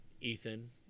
Ethan